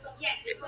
Yes